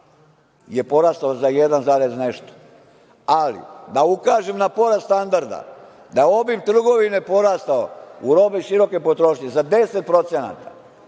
je porastao za jedan zarez nešto. Ali, da ukažem na porast standarda, da je obim trgovine porastao u robi široke potrošnje za 10%, što znači